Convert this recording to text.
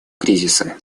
кризиса